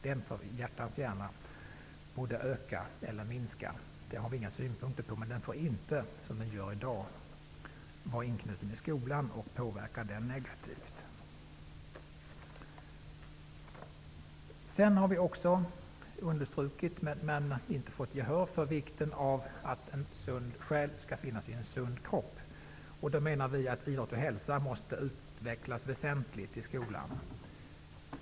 Den får hjärtans gärna öka eller minska, det har vi inga synpunkter på. Men den får inte, som den är i dag, vara knuten till skolan och påverka den negativt. Vi har också understrukit, men inte fått gehör för, vikten av att en sund själ skall finnas i en sund kropp. Vi menar att undervisningen i idrott och hälsa måste utvecklas väsentligt i skolan.